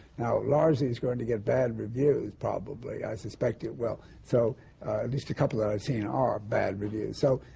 now, largely, it's going to get bad reviews, probably. i suspect it will, at so least a couple that i've seen are bad reviews. so,